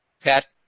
pet